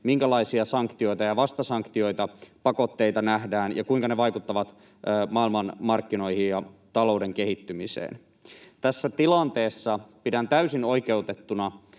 minkälaisia sanktioita, vastasanktioita ja pakotteita nähdään ja kuinka ne vaikuttavat maailmanmarkkinoihin ja talouden kehittymiseen. Tässä tilanteessa pidän täysin oikeutettuna